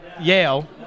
Yale